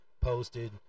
posted